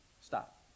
stop